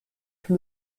from